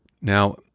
Now